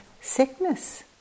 sickness